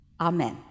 Amen